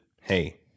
hey